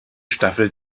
staffel